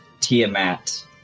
Tiamat